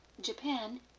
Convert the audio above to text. Japan